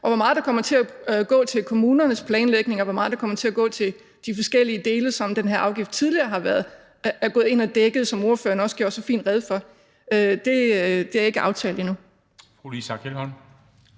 og hvor meget der kommer til at gå til kommunernes planlægning, og hvor meget der kommer til at gå til de forskellige dele, som den her afgift tidligere har dækket, som ordføreren også gjorde så fint rede for, er ikke aftalt endnu.